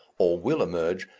or will emerge,